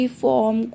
form